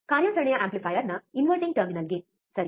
ಕಾರ್ಯಾಚರಣೆಯ ಆಂಪ್ಲಿಫೈಯರ್ನ ಇನ್ವರ್ಟಿಂಗ್ ಟರ್ಮಿನಲ್ಗೆ ಸರಿ